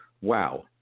wow